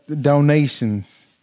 donations